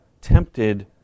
tempted